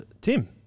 Tim